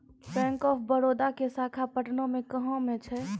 Bank of Baroda के शाखा पटना मे कहां मे छै?